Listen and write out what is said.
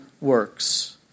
works